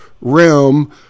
realm